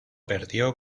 perdió